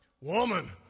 Woman